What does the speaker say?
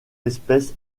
espèces